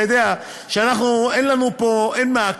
אתה יודע שאין לנו פה מעקב